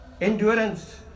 endurance